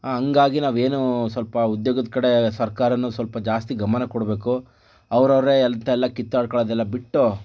ಹಂಗಾಗಿ ನಾವೇನು ಸ್ವಲ್ಪ ಉದ್ಯೋಗದ ಕಡೆ ಸರ್ಕಾರನು ಸ್ವಲ್ಪ ಜಾಸ್ತಿ ಗಮನ ಕೊಡ್ಬೇಕು ಅವ್ರವ್ರೆ ಎಲ್ತ್ ಎಲ್ಲ ಕಿತ್ತಾಡ್ಕೊಕೊಳೋದೆಲ್ಲ ಬಿಟ್ಟು